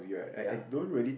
ya